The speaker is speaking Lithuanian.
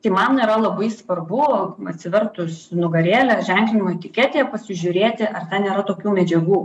tai man yra labai svarbu atsivertus nugarėlę ženklinimo etiketėje pasižiūrėti ar nėra tokių medžiagų